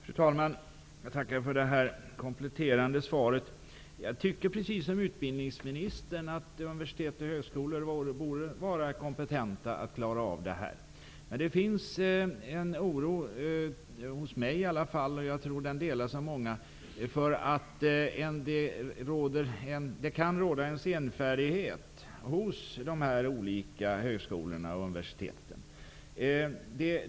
Fru talman! Jag tackar för det kompletterande svaret. Jag tycker, precis som utbildningsministern, att universitet och högskolor borde vara kompetenta att klara av det här. Men det finns en oro hos mig -- och jag tror att den delas av många -- för att det kan råda en senfärdighet hos de olika högskolorna och universiteten.